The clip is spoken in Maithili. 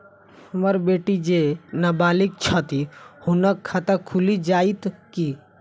हम्मर बेटी जेँ नबालिग छथि हुनक खाता खुलि जाइत की?